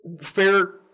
fair